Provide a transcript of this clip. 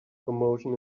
commotion